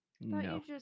No